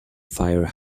fire